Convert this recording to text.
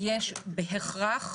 יש בהכרח